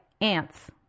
ants